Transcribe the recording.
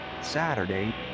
Saturday